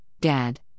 Dad